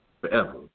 forever